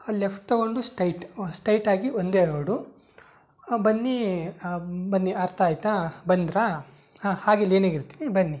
ಅಲ್ಲಿ ಲೆಫ್ಟ್ ತೊಗೊಂಡು straight straight ಆಗಿ ಒಂದೇ ರೋಡು ಬನ್ನಿ ಬನ್ನಿ ಅರ್ಥ ಆಯಿತಾ ಬಂದಿರಾ ಹಾಂ ಹಾಗೇ ಲೈನಾಗೆ ಇರ್ತೀನಿ ಬನ್ನಿ